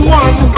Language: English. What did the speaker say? one